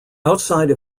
outside